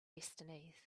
destinies